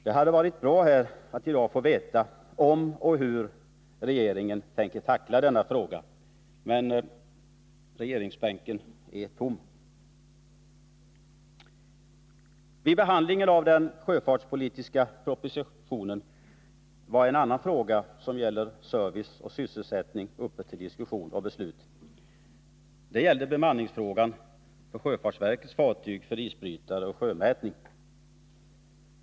Det hade varit bra om vi i dag fått veta om och hur regeringen tänker tackla denna fråga, men regeringsbänken är tom. Vid behandlingen av den sjöfartspolitiska propositionen var en annan fråga som gäller service och sysselsättning uppe till diskussion och beslut. Det gäller frågan om bemanningen på sjöfartsverkets fartyg för isbrytning och sjömätning.